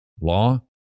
law